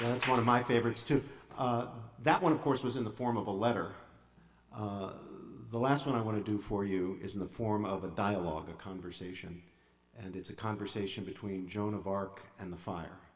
that's one of my favorites too that one of course was in the form of a letter the last one i want to do for you is in the form of a dialogue a conversation and it's a conversation between joan of arc and the fire